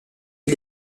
île